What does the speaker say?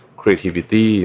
creativity